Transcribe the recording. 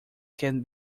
can